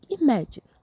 imagine